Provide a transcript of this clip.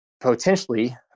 potentially